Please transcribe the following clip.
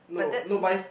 but that's